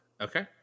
Okay